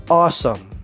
awesome